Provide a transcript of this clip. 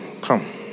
come